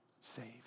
saved